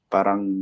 parang